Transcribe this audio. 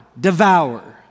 devour